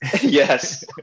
Yes